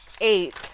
eight